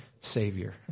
Savior